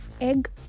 egg